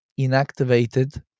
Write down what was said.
inactivated